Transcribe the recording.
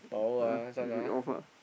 ah then you read off ah